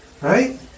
Right